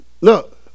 Look